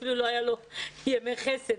אפילו לא היו לו ימי חסד,